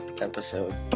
episode